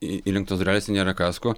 į įlenktos durelės ir nėra kasko